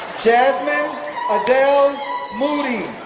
jasmine adele moody,